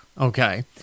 Okay